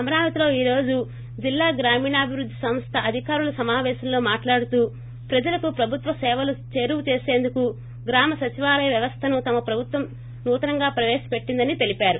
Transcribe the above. అమరావతిలో ఈరోజు జిల్లా గ్రామీణాభివృద్ది సంస్ద అధికారుల సమావేశంలో మాట్లాడూతూ ప్రజలకు ప్రభుత్వ సేవలు చేరువ చేసేందుకు గ్రామసచివాలయ వ్యవస్థను తమ ప్రభుత్వం నూతనంగా ప్రవేశపెట్టిందని తెలిపారు